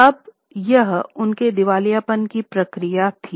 अब यह उनके दिवालियापन की प्रक्रिया थी